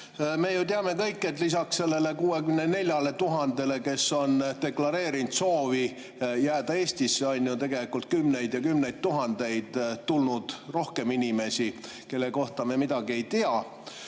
Me ju teame kõik, et lisaks sellele 64 000-le, kes on deklareerinud soovi jääda Eestisse, on ju tegelikult tulnud veel kümneid ja kümneid tuhandeid inimesi, kelle kohta me midagi ei tea.